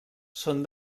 són